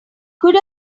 could